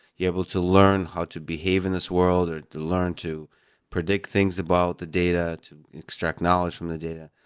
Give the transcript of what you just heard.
you're able to learn how to behave in this world or to learn to predict things about the data, to extract knowledge from the data.